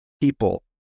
people